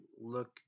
look